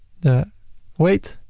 the weight.